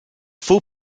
full